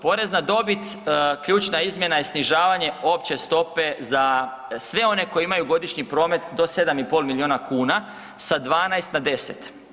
Porez na dobit, ključna izmjena je snižavanje opće stope za sve one koji imaju godišnji promet do 7,5 milijuna kuna sa 12 na 10.